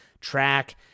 track